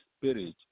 Spirit